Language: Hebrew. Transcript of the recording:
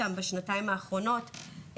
בשנתיים האחרונות,